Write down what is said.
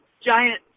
giant